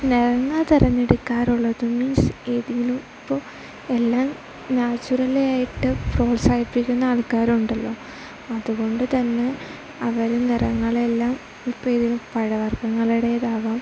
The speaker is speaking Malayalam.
നിറങ്ങൾ തെരഞ്ഞെടുക്കാറുള്ളത് മീൻസ് ഏതിലും ഇപ്പം എല്ലാം നാച്ചുറൽ ആയിട്ട് പ്രോത്സാഹിപ്പിക്കുന്ന ആൾക്കാർ ഉണ്ടല്ലോ അതുകൊണ്ട് തന്നെ അവർ നിറങ്ങളെല്ലാം ഇപ്പം ഏതെങ്കിലും പഴവർഗ്ഗങ്ങളുടേതാവാം